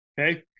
Okay